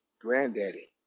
granddaddy